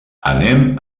anem